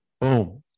Boom